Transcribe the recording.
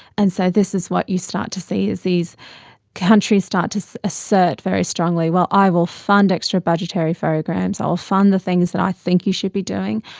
and so this is what you start to see, is these countries start to assert very strongly well, i will fund extrabudgetary programs, i'll fund the things that i think you should be doing,